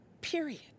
period